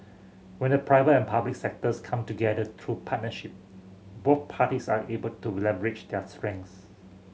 when the private and public sectors come together through partnership both parties are able to leverage their strengths